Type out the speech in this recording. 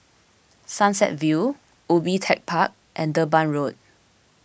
Sunset View Ubi Tech Park and Durban Road